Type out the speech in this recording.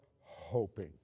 hoping